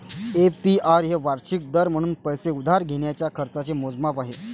APR हे वार्षिक दर म्हणून पैसे उधार घेण्याच्या खर्चाचे मोजमाप आहे